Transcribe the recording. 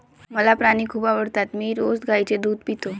मला प्राणी खूप आवडतात मी रोज गाईचे दूध पितो